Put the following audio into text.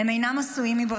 אין נמענים.